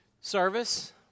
service